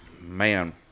Man